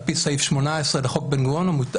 על פי סעיף 18 לחוק בן-גוריון,